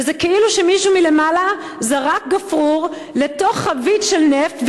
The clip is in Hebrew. וזה כאילו שמישהו מלמעלה זרק גפרור לתוך חבית של נפט,